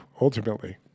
ultimately